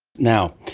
now,